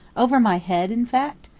over my head in fact?